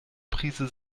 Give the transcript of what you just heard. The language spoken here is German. prise